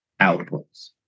outputs